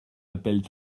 appellent